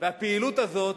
והפעילות הזאת,